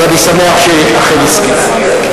אז אני שמח שאכן הזכיר.